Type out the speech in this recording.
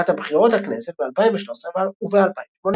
לקראת הבחירות לכנסת ב-2013 וב-2018.